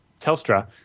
Telstra